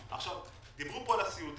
דיברו פה על הסיעודי.